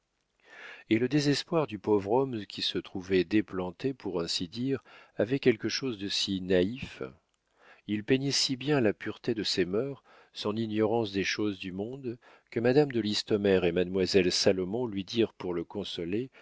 et le désespoir du pauvre homme qui se trouvait déplanté pour ainsi dire avait quelque chose de si naïf il peignait si bien la pureté de ses mœurs son ignorance des choses du monde que madame de listomère et mademoiselle salomon lui dirent pour le consoler